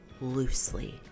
loosely